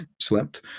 slept